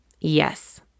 Yes